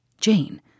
Jane